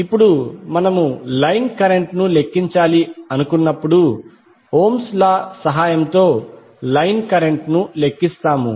ఇప్పుడు మనము line current ను లెక్కించాలి అనుకున్నప్పుడు ఓమ్స్ లా సహాయంతో లైన్ కరెంట్ ను లెక్కిస్తాము